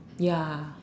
ya